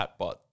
chatbot